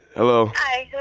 hello hi.